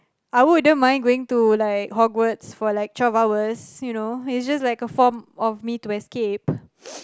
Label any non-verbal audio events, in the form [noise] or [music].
I wouldn't even mind going to like Hogwarts for like twelve hours you know is just like a form of me to escape [breath] [noise]